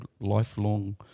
lifelong